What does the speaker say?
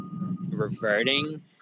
reverting